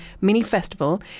mini-festival